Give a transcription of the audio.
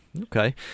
Okay